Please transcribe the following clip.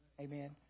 Amen